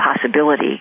possibility